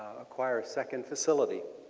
acquire a second facility.